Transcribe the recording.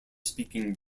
speaking